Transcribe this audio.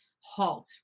Halt